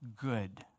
good